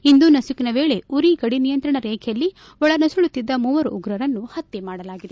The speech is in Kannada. ಇಂದು ನಸುಕಿನ ವೇಳೆ ಉರಿ ಗಡಿ ನಿಯಂತ್ರಣ ರೇಬೆಯಲ್ಲಿ ಒಳನುಸುಳುತ್ತಿದ್ದ ಮೂವರು ಉಗ್ರರನ್ನು ಹತ್ಯೆ ಮಾಡಲಾಗಿದೆ